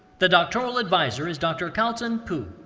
the doctoral advisor is dr. calton pu.